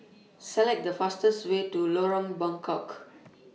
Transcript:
Select The fastest Way to Lorong Buangkok